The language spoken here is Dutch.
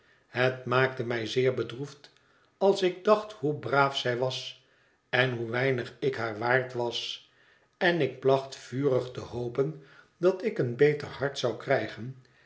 het maakte mij zeer bedroefd als ik dacht hoe braaf zij was en hoe weinig ik haar waard was en ik placht vurig te hopen dat ik een beter hart zou krijgen